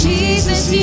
Jesus